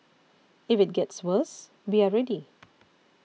if it gets worse we are ready